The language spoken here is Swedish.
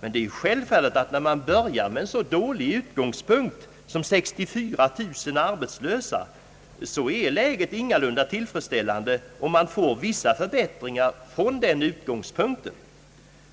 Men det är ju självfallet att när man börjar med en så dålig utgångspunkt som 64 000 arbetslösa, är läget ingalunda tillfredsställande om man får vissa förbättringar från den utgångsspunkten.